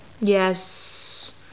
yes